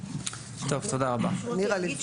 אני שרית שפיגלשטיין,